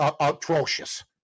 atrocious